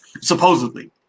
supposedly